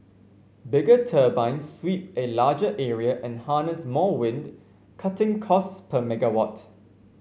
bigger turbines sweep a larger area and harness more wind cutting costs per megawatt